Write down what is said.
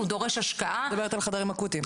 הוא דורש השקעה --- את מדברים על חדרים אקוטיים?